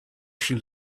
she